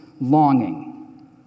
longing